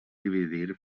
dividir